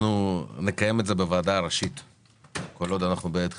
אנחנו נקיים את זה בוועדה הראשית כל עוד אנחנו בעת חירום,